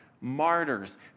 martyrs